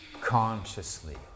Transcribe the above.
Consciously